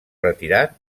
retirat